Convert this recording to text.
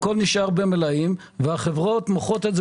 הכול נשאר במלאים והחברות מוכרות את זה